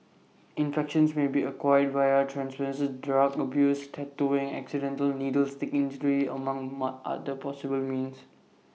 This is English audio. infections may be acquired via drug abuse tattooing accidental needle stick injury among mud other possible means